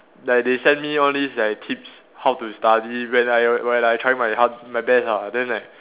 like they send me all these like tips how to study when I when I trying my hard my best lah then like